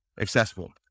accessible